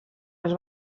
els